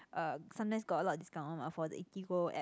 uh sometimes got a lot of discount one mah for the Eatigo app